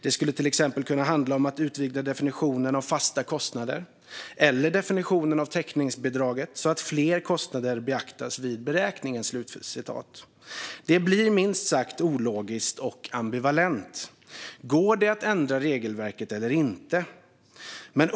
Det skulle till exempel kunna handla om att utvidga definitionen av fasta kostnader eller definitionen av täckningsbidraget så att fler kostnader beaktas vid beräkningen. Det blir minst sagt ologiskt och ambivalent. Går det att ändra regelverket eller inte?